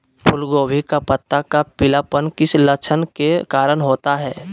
फूलगोभी का पत्ता का पीलापन किस लक्षण के कारण होता है?